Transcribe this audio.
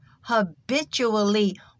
habitually